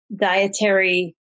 dietary